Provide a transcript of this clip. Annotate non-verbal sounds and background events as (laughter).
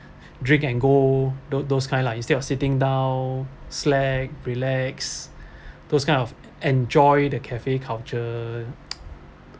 drink and go those those kind lah instead of sitting down slack relax (breath) those kind of enjoy the cafe culture (noise)